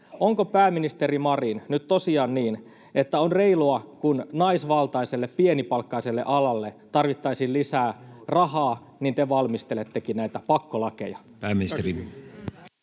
Onko, pääministeri Marin, nyt tosiaan reilua, että kun naisvaltaiselle, pienipalkkaiselle alalle tarvittaisiin lisää rahaa, niin te valmistelettekin näitä pakkolakeja?